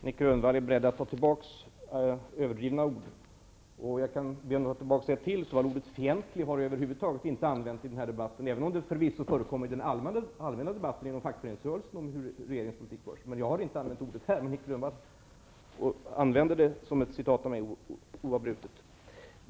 Herr talman! Det är bra att Nic Grönvall är beredd att ta tillbaka överdrivna ord. Jag kan be honom att ta tillbaka ett till: Ordet fientlig har över huvud taget inte använts i den här debatten, även om det förvisso förekommer i den allmänna debatten inom fackföreningsrörelsen om regeringens politik. Jag har inte använt ordet här, men Nic Grönvall använder det oavbrutet som ett citat av mig.